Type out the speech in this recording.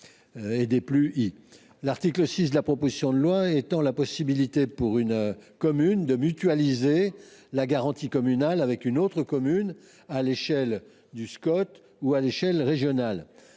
L’article 6 de la proposition de loi étend en effet la possibilité, pour une commune, de mutualiser la garantie communale avec une autre commune, à l’échelle du Scot ou à l’échelle régionale.